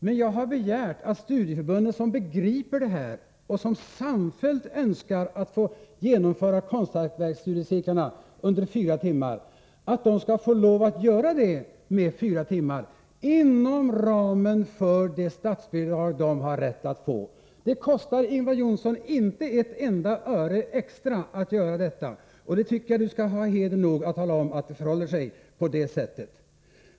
Vad jag har begärt är att studieförbunden, som begriper det här och som samfällt önskar få genomföra konsthantverksstudiecirklarna med sammankomster omfattande fyra timmar skall få lov att göra det, inom ramen för det statsbidrag som de har rätt att få. Det kostar inte, Ingvar Johnsson, ett enda öre extra att göra detta. Jag tycker att han skall vara hederlig nog att tala om att det förhåller sig på det sättet.